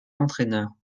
entraîneur